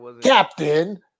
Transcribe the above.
Captain